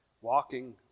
walking